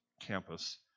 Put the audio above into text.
campus